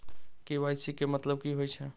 KYC केँ मतलब की होइ छै?